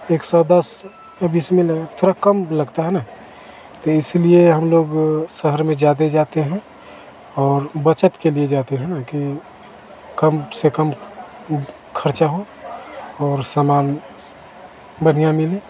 एक सौ दस या बीस में ल थोड़ा कम लगता है ना तो इसलिए हम लोग शहर में ज़्यादा जाते हैं और बचत के लिए जाते हैं ना कि कम से कम ख़र्चा हो और सामान बढ़िया मिले